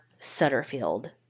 Sutterfield